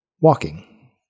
Walking